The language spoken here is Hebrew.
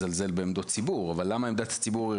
בעמדות ציבור אבל למה עמדת הציבור היא